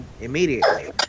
immediately